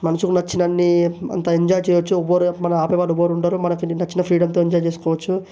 మనసుకి నచ్చినన్ని అంత ఎంజాయ్ చెయ్యచ్చు ఎవ్వరూ మనం ఆపేవారు ఎవ్వరుండరు మనకి నచ్చిన ఫ్రీడమ్తో ఎంజాయ్ చేసుకోవచ్చు